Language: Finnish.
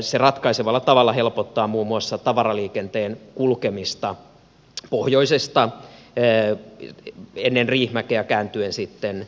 se helpottaa ratkaisevalla tavalla muun muassa tavaraliikenteen kulkemista pohjoisesta kääntyen ennen riihimäkeä sitten itään